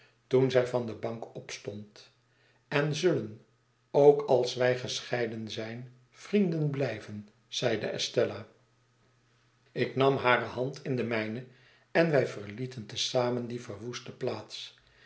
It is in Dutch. toen zij van de bank opstond en zullen ook als wij gescheiden zijn vrienden blijven zeide estella ik nam hare hand in de mijne en wij verlieten te zamen die verwoeste plaats